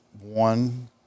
one